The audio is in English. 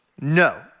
No